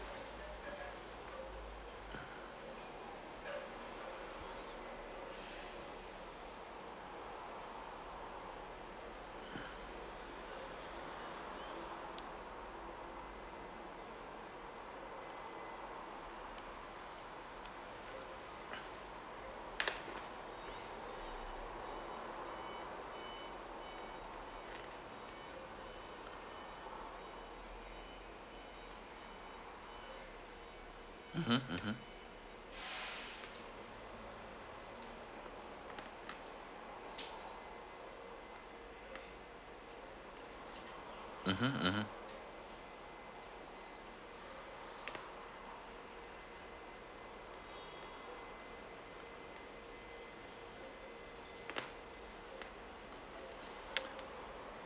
mmhmm mmhmm mmhmm mmhmm